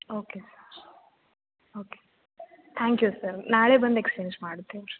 okay sir okay thank you sir ನಾಳೆ ಬಂದು exchange ಮಾಡ್ತೀನಿ